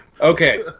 okay